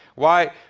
why.